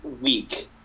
week